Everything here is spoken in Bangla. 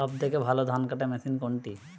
সবথেকে ভালো ধানকাটা মেশিন কোনটি?